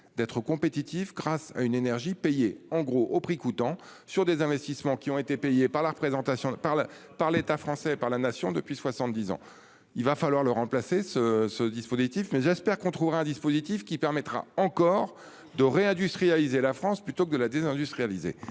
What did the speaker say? d'être compétitif grâce à une énergie payé en gros au prix coûtant sur des investissements qui ont été payés par la représentation par le, par l'État français par la nation depuis 70 ans. Il va falloir le remplacer ce ce dispositif mais j'espère qu'on trouvera un dispositif qui permettra encore de réindustrialiser la France plutôt que de la désindustrialisé